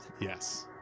Yes